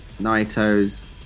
Naito's